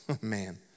man